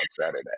Saturday